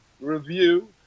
review